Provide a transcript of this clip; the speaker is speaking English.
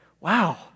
wow